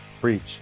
Preach